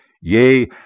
yea